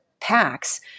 packs